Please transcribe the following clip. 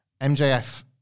MJF